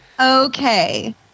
Okay